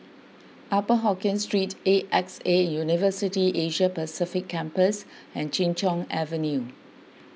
Upper Hokkien Street A X A University Asia Pacific Campus and Chin Cheng Avenue